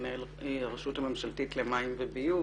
מנהל הרשות הממשלתית למים וביוב